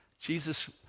Jesus